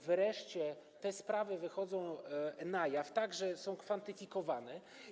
Wreszcie te sprawy wychodzą na jaw, są także kwantyfikowane.